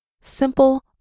Simple